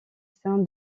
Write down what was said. sein